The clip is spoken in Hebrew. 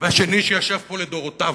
והשני, שישב פה לדורותיו.